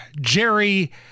Jerry